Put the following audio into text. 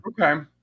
Okay